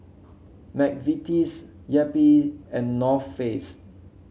McVitie's Yupi and North Face